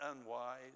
unwise